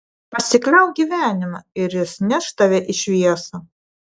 pasikliauk gyvenimu ir jis neš tave į šviesą